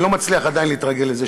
אני לא מצליח עדיין להתרגל לזה.